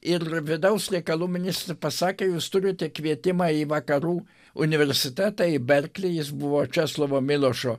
ir vidaus reikalų ministras pasakė jūs turite kvietimą į vakarų universitetą į berklį jis buvo česlovo milošo